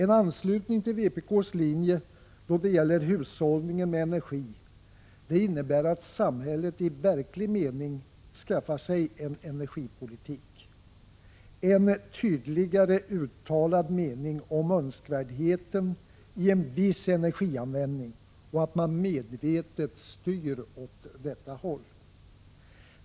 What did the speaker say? En anslutning till vpk:s linje då det gäller hushållningen med energi innebär att samhället i verklig mening skaffar sig en energipolitik, en tydligare uttalad mening om önskvärdheten av en viss energianvändning och att man medvetet styr åt detta håll.